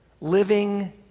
living